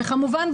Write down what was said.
וכמובן,